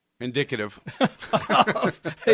Indicative